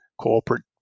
corporate